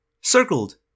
circled